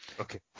okay